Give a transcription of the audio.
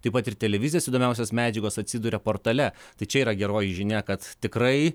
taip pat ir televizijos įdomiausios medžiagos atsiduria portale tai čia yra geroji žinia kad tikrai